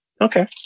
Okay